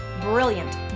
brilliant